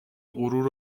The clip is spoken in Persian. غرور